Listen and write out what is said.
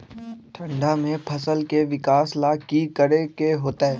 ठंडा में फसल के विकास ला की करे के होतै?